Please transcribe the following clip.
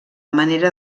manera